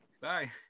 Bye